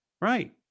Right